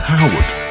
Howard